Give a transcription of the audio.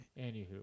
Anywho